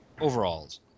overalls